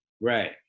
Right